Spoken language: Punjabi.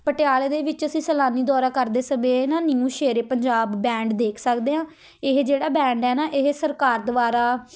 ਪਟਿਆਲੇ ਦੇ ਵਿੱਚ ਅਸੀਂ ਸੈਲਾਨੀ ਦੌਰਾ ਕਰਦੇ ਸਮੇਂ ਨਾ ਨਿਊ ਸ਼ੇਰੇ ਪੰਜਾਬ ਬੈਂਡ ਦੇਖ ਸਕਦੇ ਹਾਂ ਇਹ ਜਿਹੜਾ ਬੈਂਡ ਹੈ ਨਾ ਇਹ ਸਰਕਾਰ ਦੁਆਰਾ